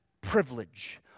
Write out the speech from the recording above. privilege